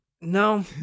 No